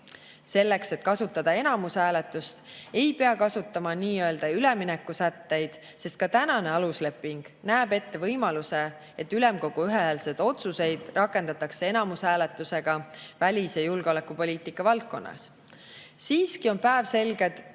Selleks, et kasutada enamushääletust, ei pea kasutama nii-öelda üleminekusätteid, sest ka kehtiv alusleping näeb ette võimaluse, et ülemkogu ühehäälseid otsuseid rakendatakse enamushääletusega välis- ja julgeolekupoliitika valdkonnas. Siiski on päevselged